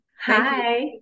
Hi